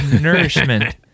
nourishment